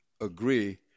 agree